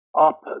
up